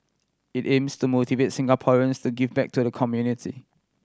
it aims to motivate Singaporeans to give back to the community